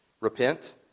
Repent